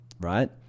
right